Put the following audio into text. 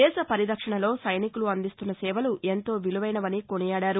దేశ పరిరక్షణలో సైనికులు అందిస్తున్న సేవలు ఎంతో విలువైనవని కొనియాడారు